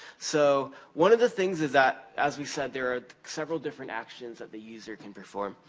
so, one of the things is that, as we said, there are several different actions that the user can perform,